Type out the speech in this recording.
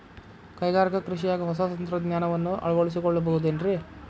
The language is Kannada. ಕೈಗಾರಿಕಾ ಕೃಷಿಯಾಗ ಹೊಸ ತಂತ್ರಜ್ಞಾನವನ್ನ ಅಳವಡಿಸಿಕೊಳ್ಳಬಹುದೇನ್ರೇ?